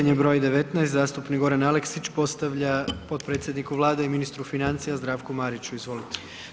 Pitanje broj 19, zastupnik Goran Aleksić postavlja potpredsjedniku Vlade i ministru financija Zdravku Mariću, izvolite.